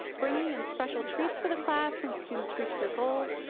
bringing in special treats for the class when students reach their goals,